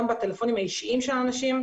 גם בטלפונים האישיים של אנשים,